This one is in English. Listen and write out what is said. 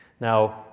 Now